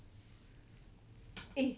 eh